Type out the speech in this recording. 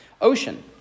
Ocean